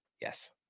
Yes